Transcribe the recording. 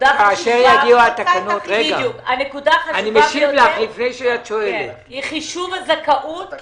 הנקודה היא חישוב הזכאות,